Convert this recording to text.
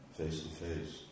face-to-face